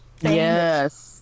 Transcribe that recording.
Yes